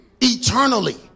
Eternally